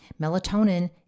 Melatonin